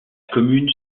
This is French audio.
commune